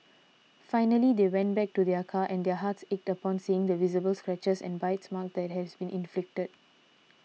finally they went back to their car and their hearts ached upon seeing the visible scratches and bite marks that had been inflicted